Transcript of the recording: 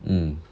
mm